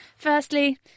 Firstly